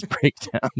breakdown